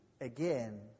again